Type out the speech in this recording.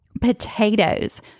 potatoes